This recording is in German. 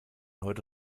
heute